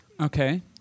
okay